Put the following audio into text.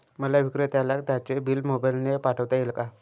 मला विक्रेत्याला त्याचे बिल मोबाईलने पाठवता येईल का?